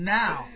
now